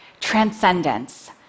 Transcendence